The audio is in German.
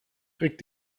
reg